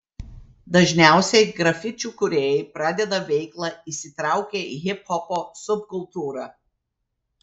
dažniausiai grafičių kūrėjai pradeda veiklą įsitraukę į hiphopo subkultūrą